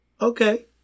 Okay